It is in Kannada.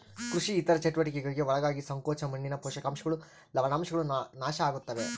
ಕೃಷಿ ಇತರ ಚಟುವಟಿಕೆಗುಳ್ಗೆ ಒಳಗಾಗಿ ಸಂಕೋಚ ಮಣ್ಣಿನ ಪೋಷಕಾಂಶಗಳು ಲವಣಾಂಶಗಳು ನಾಶ ಆಗುತ್ತವೆ